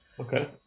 Okay